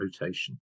rotation